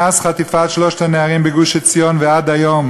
מאז חטיפת שלושת הנערים בגוש-עציון ועד היום